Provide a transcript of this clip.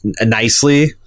nicely